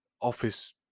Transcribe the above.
office